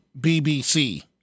BBC